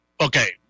Okay